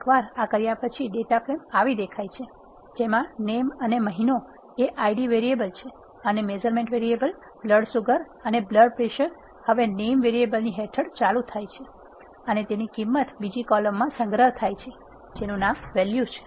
એકવાર આ કર્યા પછી ડેટા ફ્રેમ આવી દેખાય છે જેમાં નેમ અને મહિનો એ Id વેરીએબલ છે અને મેઝરમેન્ટ વેરીએબલ બ્લડ સુગર અને બ્લડ પ્રેસર હવે નેમ વેરીએબલ હેઠળ ચાલુ થાય છે અને તેની કિંમત બીજી કોલમ માં સંગ્રહ થાય છે જેનું નામ વેલ્યુ છે